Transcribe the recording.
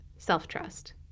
Self-trust